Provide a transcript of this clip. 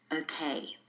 okay